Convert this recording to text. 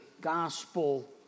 gospel